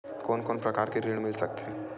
कोन कोन प्रकार के ऋण मिल सकथे?